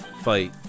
fight